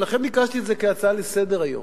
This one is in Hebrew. ולכן ביקשתי את זה כהצעה לסדר-היום: